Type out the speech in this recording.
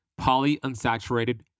polyunsaturated